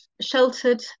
Sheltered